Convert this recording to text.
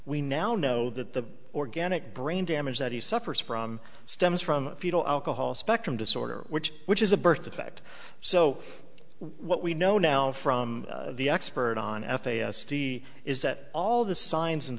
we now know that the organic brain damage that he suffers from stems from fetal alcohol spectrum disorder which which is a birth defect so what we know now from the expert on f a s t is that all of the signs and